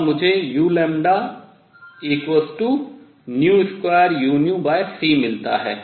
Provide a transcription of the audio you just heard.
और मुझे u2uc मिलता है